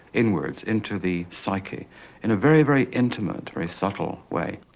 inwards into the psyche in a very, very intimate, very subtle way.